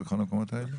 בכל המקומות האלה.